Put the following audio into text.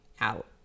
out